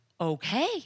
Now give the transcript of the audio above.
Okay